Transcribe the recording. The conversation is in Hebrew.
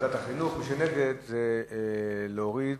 בוועדת החינוך, ונגד, זה להוריד